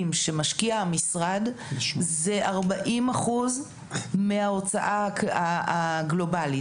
שהמשרד משקיע זה 40 אחוז מההוצאה הגלובלית.